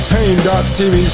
Pain.tv